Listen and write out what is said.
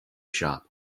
shop